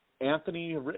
Anthony